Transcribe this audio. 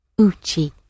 Uchi